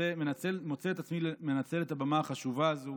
מנצל את הבמה החשובה הזו